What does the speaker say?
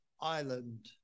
Island